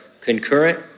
concurrent